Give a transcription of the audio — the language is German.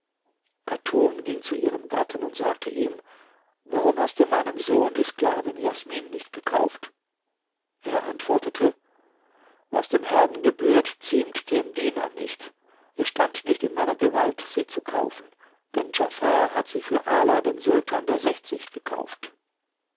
chatun ging zu ihrem gatten und sagte ihm warum hast du meinem sohn die sklavin jasmin nicht gekauft er antwortete was dem herrn gebührt ziemt dem diener nicht es stand nicht in meiner gewalt sie zu kaufen denn djafar hat sie für ala den sultan der sechzig gekauft